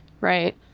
right